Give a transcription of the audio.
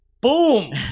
Boom